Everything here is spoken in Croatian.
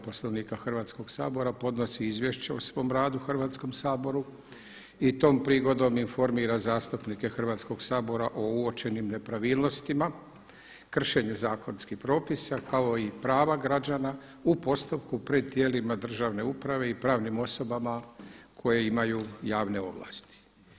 Poslovnika Hrvatskoga sabora podnosi izvješće o svom radu Hrvatskom saboru i tom prigodom informira zastupnike Hrvatskoga sabora o uočenim nepravilnostima, kršenje zakonskih propisa kao i prava građana u postupku pred tijelima državne uprave i pravnim osobama koje imaju javne ovlasti.